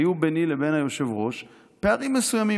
היו ביני לבין היושב-ראש פערים מסוימים.